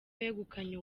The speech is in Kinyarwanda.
wegukanye